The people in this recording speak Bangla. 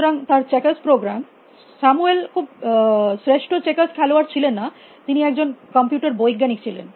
সুতরাং তার চেকার্স প্রোগ্রাম স্যামুয়েল খুব শ্রেষ্ঠ চেকার্স খেলোয়াড় ছিলেন না তিনি একজন কম্পিউটার বৈজ্ঞানিক ছিলেন